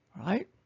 Right